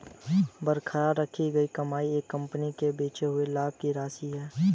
बरकरार रखी गई कमाई एक कंपनी के बचे हुए लाभ की राशि है